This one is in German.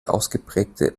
ausgeprägte